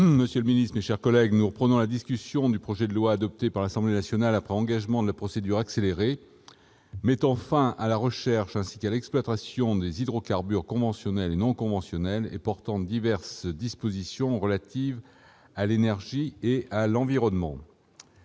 La séance est reprise. Nous poursuivons la discussion du projet de loi, adopté par l'Assemblée nationale après engagement de la procédure accélérée, mettant fin à la recherche ainsi qu'à l'exploitation des hydrocarbures conventionnels et non conventionnels et portant diverses dispositions relatives à l'énergie et à l'environnement.